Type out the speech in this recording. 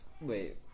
Wait